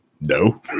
No